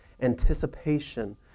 anticipation